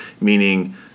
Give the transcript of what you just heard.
meaning